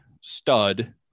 stud